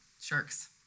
sharks